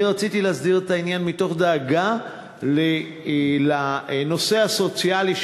אני רציתי להסדיר את העניין מתוך דאגה לנושא הסוציאלי,